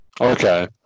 Okay